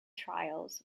trials